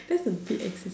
that's a big ex